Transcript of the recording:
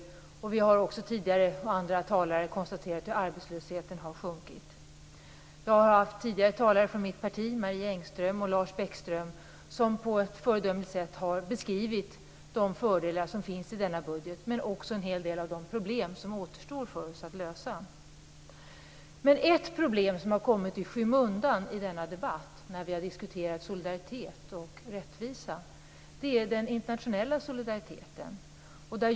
Vi och andra talare har tidigare också konstaterat att arbetslösheten har sjunkit. Tidigare talare från mitt parti, Marie Engström och Lars Bäckström, har på ett föredömligt sätt beskrivit de fördelar som finns med denna budget men också en hel del av de problem som återstår för oss att lösa. Ett problem som har kommit i skymundan i denna debatt, när vi har diskuterat solidaritet och rättvisa, är den internationella solidariteten.